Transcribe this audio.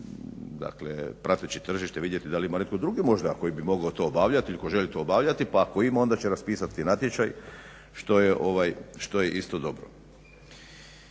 dakle prateći tržište vidjeti da li ima netko drugi možda koji bi mogao to obavljat ili koji želi to obavljati, pa ako ima onda će raspisati natječaj što je isto dobro.